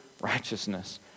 righteousness